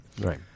Right